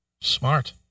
Smart